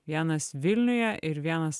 vienas vilniuje ir vienas